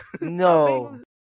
No